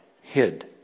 hid